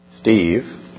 Steve